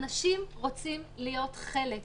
אנשים רוצים להיות חלק,